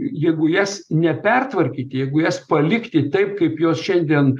jeigu jas nepertvarkyti jeigu jas palikti taip kaip jos šiandien